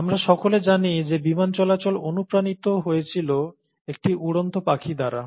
আমরা সকলে জানি যে বিমান চলাচল অনুপ্রাণিত হয়েছিল একটি উড়ন্ত পাখি দ্বারা